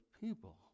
people